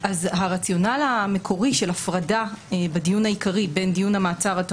הרציונל המקורי של הפרדה בדיון העיקרי בין דיון המעצר עד